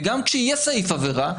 וגם כשיהיה סעיף עבירה,